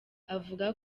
avuga